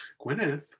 gwyneth